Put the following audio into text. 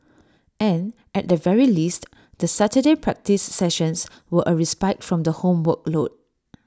and at the very least the Saturday practice sessions were A respite from the homework load